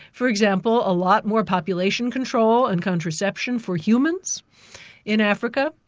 for example, a lot more population control and contraception for humans in africa,